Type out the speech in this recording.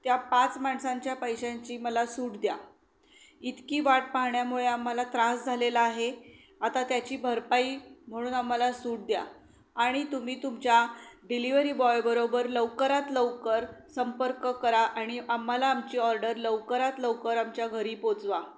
त्या पाच माणसांच्या पैशांची मला सूट द्या इतकी वाट पाहण्यामुळे आम्हाला त्रास झालेला आहे आता त्याची भरपाई म्हणून आम्हाला सूट द्या आणि तुम्ही तुमच्या डिलिव्हरी बॉयबरोबर लवकरात लवकर संपर्क करा आणि आम्हाला आमची ऑर्डर लवकरात लवकर आमच्या घरी पोहचवा